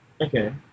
Okay